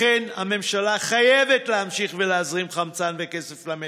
לכן הממשלה חייבת להמשיך ולהזרים חמצן וכסף למשק.